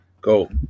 go